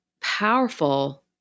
powerful